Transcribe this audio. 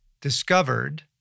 discovered